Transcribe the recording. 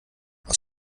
aus